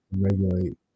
regulate